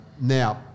Now